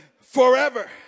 forever